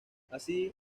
así